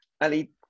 Ali